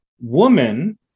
Woman